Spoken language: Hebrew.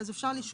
אז אפשר לשקול